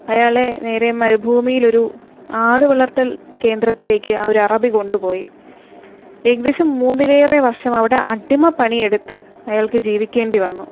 അയാളെ നേരെ മരുഭൂമിയിൽ ഒരു ആടു വളർത്തൽ കേന്ദ്രത്തിലേക്ക് ഒരു അറബി കൊണ്ട് പോയി ഏകദേശം മൂന്നിലേറെ വർഷം അവിടെ അടിമപ്പണിയെടുത്ത് അയാൾക്ക് ജീവിക്കേണ്ടി വന്നു